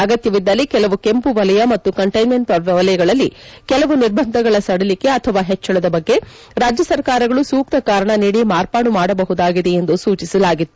ಅಗತ್ಯವಿದ್ದಲ್ಲಿ ಕೆಲವು ಕೆಂಪು ವಲಯ ಮತ್ತು ಕಂಟ್ಟೆನ್ಮೆಂಟ್ ವೆಲಯಗಳಲ್ಲಿ ಕೆಲವು ನಿರ್ಬಂಧಗಳ ಸಡಿಲಿಕೆ ಅಥವಾ ಹೆಚ್ಚಳದ ಬಗ್ಗೆ ರಾಜ್ಯ ಸರಕಾರಗಳು ಸೂಕ್ತ ಕಾರಣ ನೀಡಿ ಮಾರ್ಪಾಡು ಮಾಡಬಹುದಾಗಿದೆ ಎಂದು ಸೂಚಿಸಲಾಗಿತ್ತು